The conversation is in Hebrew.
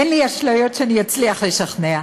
אין לי אשליות שאני אצליח לשכנע,